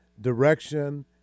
direction